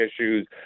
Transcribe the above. issues